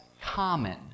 common